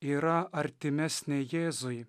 yra artimesnė jėzui